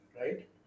right